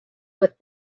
with